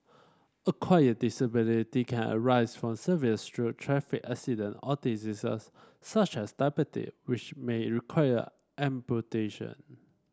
acquired disability can arise from severe stroke traffic accident or diseases such as diabete which may require amputation